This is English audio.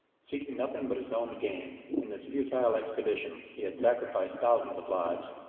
seeking nothing but his own gain, in this futile expedition he had sacrificed thousands of lives,